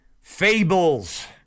fables